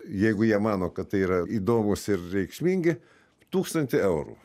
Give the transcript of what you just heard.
jeigu jie mano kad tai yra įdomūs ir reikšmingi tūkstantį eurų